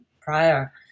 prior